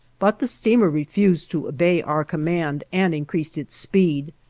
but the steamer refused to obey our command and increased its speed.